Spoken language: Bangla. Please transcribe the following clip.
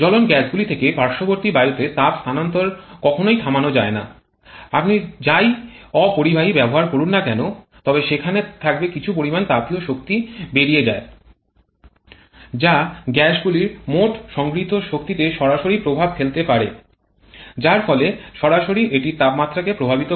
জ্বলন গ্যাসগুলি থেকে পার্শ্ববর্তী বায়ুতে তাপ স্থানান্তর কখনই থামানো যায় না আপনি যাই অপরিবাহী ব্যবহার করুন না কেন তবে সেখান থেকে কিছু পরিমাণ তাপীয় শক্তি বেরিয়ে যায় যা গ্যাসগুলির মোট সংগৃহীত শক্তি তে সরাসরি প্রভাব ফেলতে পারে যার ফলে সরাসরি এটির তাপমাত্রাকে প্রভাবিত করে